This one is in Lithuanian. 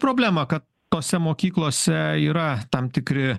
problemą kad tose mokyklose yra tam tikri